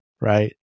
right